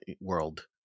world